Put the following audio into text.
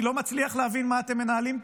אני לא מצליח להבין מה אתם מנהלים פה.